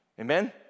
Amen